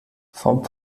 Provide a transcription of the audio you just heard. vom